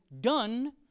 done